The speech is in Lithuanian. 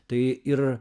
tai ir